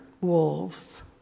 wolves